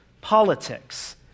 politics